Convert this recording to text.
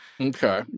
okay